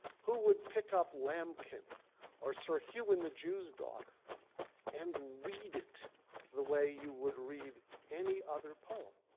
who would pick up lamkin or sir hugh and the jew's daughter and read it the way you would read any other poem?